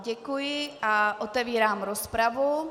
Děkuji a otevírám rozpravu.